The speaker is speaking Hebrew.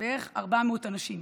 בערך 400 אנשים.